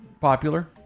popular